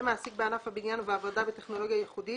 מעסיק בענף הבניין ובעבודה בטכנולוגיה ייחודית,